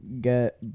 get